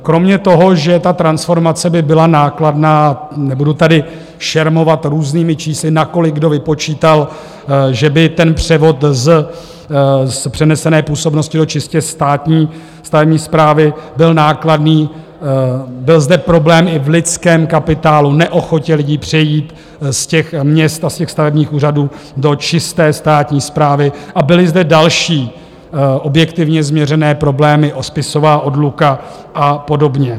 Kromě toho, že ta transformace by byla nákladná nebudu tady šermovat různými čísly, na kolik kdo vypočítal, že by ten převod z přenesené působnosti do čistě státní stavební správy byl nákladný byl zde problém i v lidském kapitálu, neochotě lidí přejít z měst a ze stavebních úřadů do čisté státní správy, a byly zde další objektivně změřené problémy, spisová odluka a podobně.